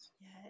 Yes